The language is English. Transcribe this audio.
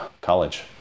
college